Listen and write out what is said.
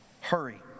hurry